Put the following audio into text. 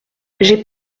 j’ai